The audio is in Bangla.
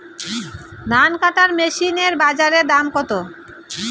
ধান কাটার মেশিন এর বাজারে দাম কতো?